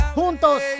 juntos